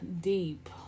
deep